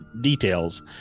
details